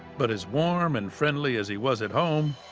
but as warm and friendly as he was at home,